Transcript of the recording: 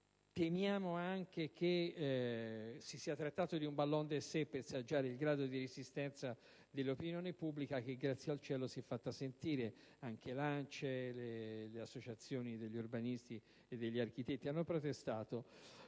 Temiamo anche che si sia trattato di un *ballon d'essai* per saggiare il grado di resistenza dell'opinione pubblica, che - grazie al cielo - si è fatta sentire: anche l'ANCE, le associazioni degli urbanisti e degli architetti hanno protestato.